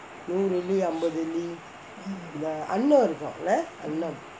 நூறு வெள்ளி அம்பது வெள்ளி இந்த அன்னம் இருக்கும்:nooru velli ambathu velli intha annam irukkum lah அன்னம்:annam